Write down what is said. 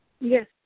Yes